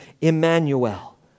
Emmanuel